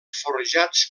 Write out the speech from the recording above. forjats